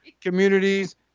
communities